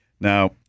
Now